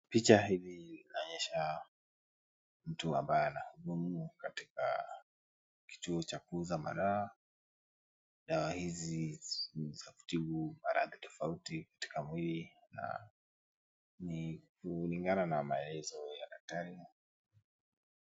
Picha hili linaonyesha mtu ambaye anahudumu katika kituo cha kuuza madawa. Dawa hizi ni za kutibu maradhi tofauti katika mwili na ni kulingana na maelezo ya daktari.